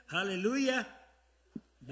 Hallelujah